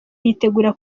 yitegura